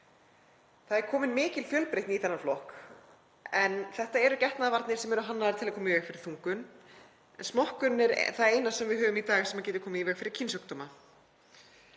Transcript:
Það er komin mikil fjölbreytni í þennan flokk en þetta eru getnaðarvarnir sem eru hannaðar til að koma í veg fyrir þungun en smokkurinn er það eina sem við höfum í dag sem getur komið í veg fyrir kynsjúkdóma.